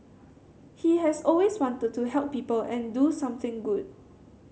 he has always wanted to help people and do something good